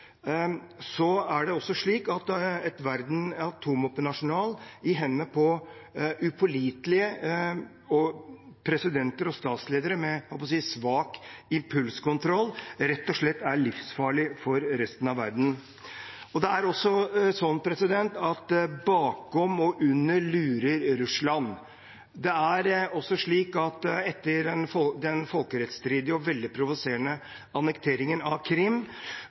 er det også slik at et atomvåpenarsenal i hendene på upålitelige presidenter og statsledere med – jeg holdt på å si – svak impulskontroll rett og slett er livsfarlig for resten av verden. Det er også slik at bakom og under lurer Russland. Etter den folkerettsstridige og veldig provoserende annekteringen av Krim